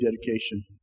dedication